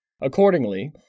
Accordingly